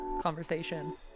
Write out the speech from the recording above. conversation